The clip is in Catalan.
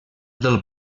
del